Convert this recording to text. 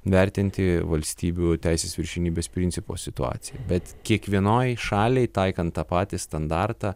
vertinti valstybių teisės viršenybės principo situaciją bet kiekvienoj šaliai taikant tą patį standartą